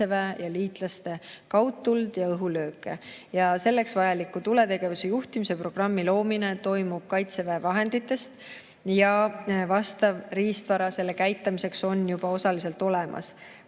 Kaitseväe ja liitlaste kaugtuld ja õhulööke. Selleks vajalik tuletegevuse juhtimise programm luuakse Kaitseväe vahenditega, vastav riistvara selle käitamiseks on juba osaliselt olemas.